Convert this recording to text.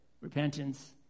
repentance